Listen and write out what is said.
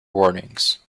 warnings